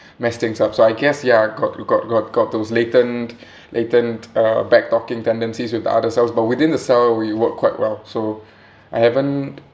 mess things up so I guess ya got got got got those latent latent back talking tendencies with the other cells but within the cell we work quite well so I haven't